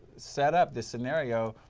set up, the scenario,